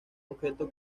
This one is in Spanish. objeto